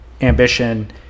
ambition